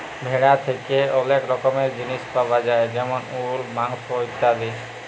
ভেড়া থ্যাকে ওলেক রকমের জিলিস পায়া যায় যেমল উল, মাংস ইত্যাদি